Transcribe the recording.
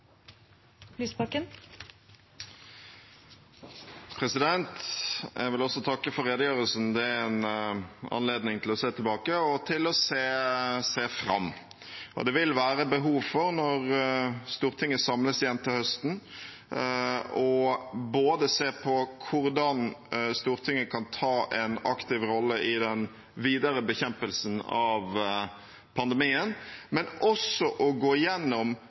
en anledning for å se tilbake og for å se fram. Det vil være behov for, når Stortinget samles igjen til høsten, både å se på hvordan Stortinget kan ta en aktiv rolle i den videre bekjempelsen av pandemien, og å gå igjennom,